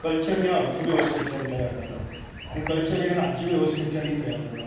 culture हें अर्थ वेवस्थेंतल्यान तयार जाता आनी कल्चर हें राज्य वेवस्थेंतल्यानय तयार जाता